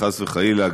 חס וחלילה,